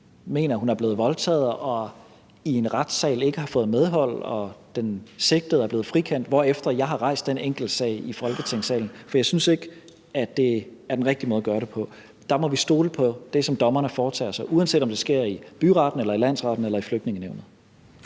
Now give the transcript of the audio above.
mener, at hun er blevet voldtaget, og i en retssal ikke har fået medhold, og hvor den sigtede er blevet frikendt, hvorefter jeg har rejst den enkeltsag i Folketingssalen, for jeg synes ikke, at den rigtige måde at gøre det på. Der må vi stole på det, som dommerne foretager sig, uanset om det sker i byretten, i landsretten eller i Flygtningenævnet.